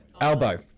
elbow